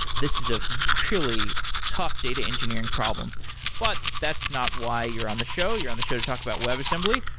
this is a really tough data engineering problem but that's not why you're on the show. you're on the show to talk about webassembly,